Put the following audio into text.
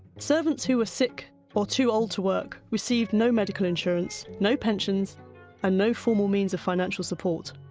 servants who were sick or too old to work received no medical insurance, no pensions and no formal means of financial support.